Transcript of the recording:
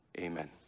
Amen